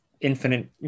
infinite